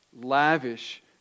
lavish